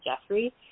Jeffrey